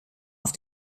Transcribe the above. auf